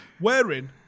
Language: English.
Wearing